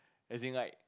as in like